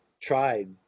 tried